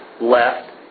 left